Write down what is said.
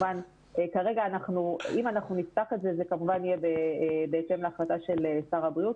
אם נפתח את זה זה יהיה בהתאם להחלטה של שר הבריאות